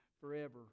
forever